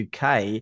UK